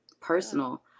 personal